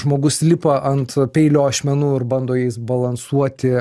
žmogus lipa ant peilio ašmenų ir bando jais balansuoti